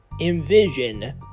envision